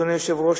אדוני היושב-ראש,